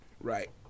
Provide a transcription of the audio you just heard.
right